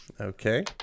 Okay